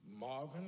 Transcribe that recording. Marvin